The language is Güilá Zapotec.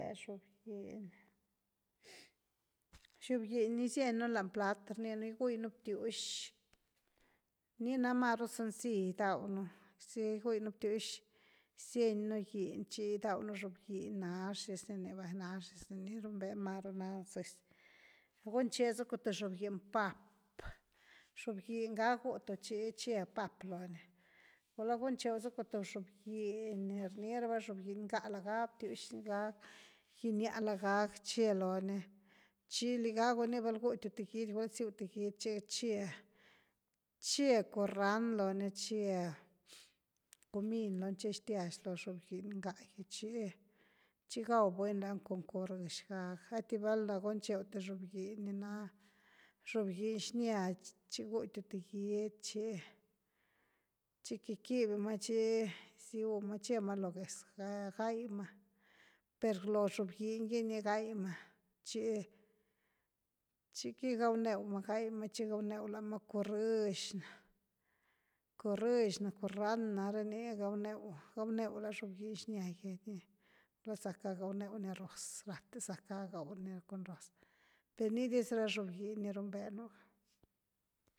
Zhobgin, zhobgin ni gysienu lany plat rninu gwinu btiushi ni na masru sencill gydaunu, si gwinu btiuxi gysienu gyni’ chi gydaunu zhobgin nashi dizniniva nashi diznini ni rumbenu maru na ziz, gunchezacu thy zhobgin pap’ zhobgin ga gutu chiche pap’ lo ni, gula guncheuzacu thy zhobgin ni rniraba zhobgin ngaa’ lagaa’ btiuxi ni laga gynia’ lagag che loni chi ligagu ni val gutiu thy gidi gula siuu th gidi chi che, che curand lon. i che cumin, che xtiash lo zhobing ngaa’gi chi gauu beny lani cun currixgag anty valna guncheu thy zhobgin ni na zhobgin xnia, chi gutiu thy gydy chi chiqui quibiuma chi gyziuma chi chema lo geez gaima per lo zhobgingi ni gaima chi chiqui gaunema gaima currixna-currixna, currand na ni gau neu-gau neu la zhobing xniagi, zakga gauneuni rroz sakga gauni cun rroz va per nidiz na zhobgin rumbea.